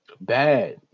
bad